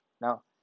Now